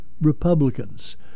Republicans